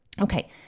okay